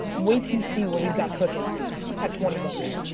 wait to see what we've got cooking at twenty bucks.